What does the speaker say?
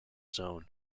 zone